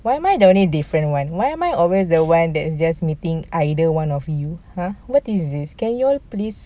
why am I the only different one why am I always the one that is just meeting either one of you !huh! what is this can you all please